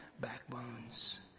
backbones